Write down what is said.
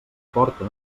porta